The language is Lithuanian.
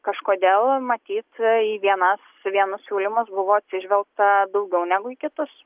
kažkodėl matyt į vienas vienus siūlymus buvo atsižvelgta daugiau negu į kitus